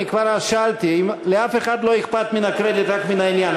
אני כבר שאלתי: אם לאף אחד לא אכפת מן הקרדיט אלא רק מן העניין,